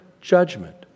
judgment